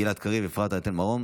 גלעד קריב ואפרת רייטן מרום.